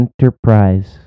enterprise